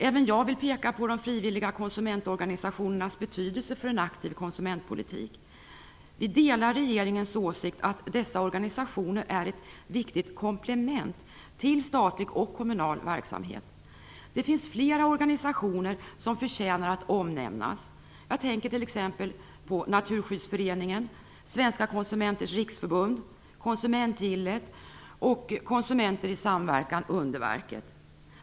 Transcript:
Även jag vill peka på de frivilliga konsumentorganisationernas betydelse för en aktiv konsumentpolitik. Vi delar regeringens åsikt att dessa organisationer är ett viktigt komplement till statlig och kommunal verksamhet. Det finns flera organisationer som förtjänar att omnämnas. Jag tänker t.ex. på Naturskyddsföreningen, Svenska Konsumenters Riksförbud, Konsumentgillet och Konsumenter i samverkan - Underverket.